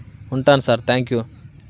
ఉంటాను sir thank you